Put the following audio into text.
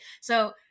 So-